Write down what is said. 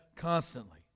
constantly